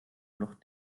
noch